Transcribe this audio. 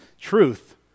truth